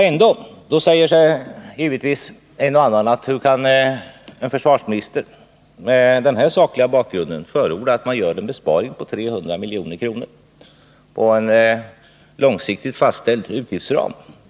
Ändå frågar sig givetvis en och annan: Hur kan en försvarsminister mot denna sakliga bakgrund förorda en besparing på 300 milj.kr. i en långsiktigt fastställd utgiftsram?